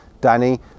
danny